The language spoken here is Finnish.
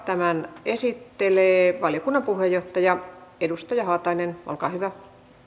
tämän esittelee valiokunnan puheenjohtaja edustaja haatainen olkaa hyvä